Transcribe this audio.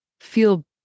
feel